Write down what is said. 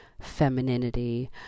femininity